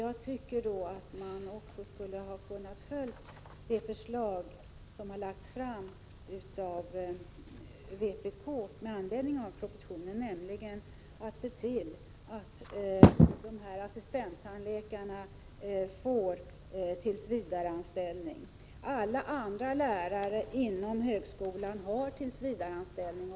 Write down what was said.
Jag tycker att man då också skulle ha kunnat följa det förslag som lagts fram av vpk, nämligen att man skall se till att assistenttandläkarna får tillsvidareanställning. Alla andra lärare inom högskolan har tillsvidareanställning.